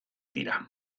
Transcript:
dira